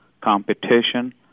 competition